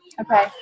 Okay